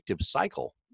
cycle